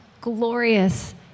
glorious